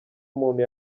umuntu